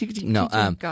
No